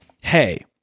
hey